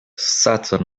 such